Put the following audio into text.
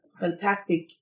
fantastic